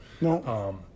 No